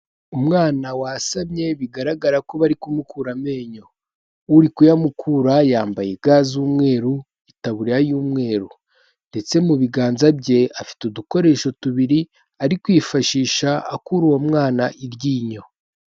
Umwana wasamye bigaragara ko bari kumukura amenyo, uri kuyamukura yambaye i ga z'umweru, itaburiya y'umweru ndetse mu biganza bye afite udukoresho tubiri ari kwifashisha akura uwo mwana iryinyo.